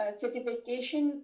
certification